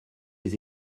des